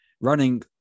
running